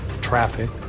traffic